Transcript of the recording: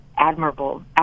admirable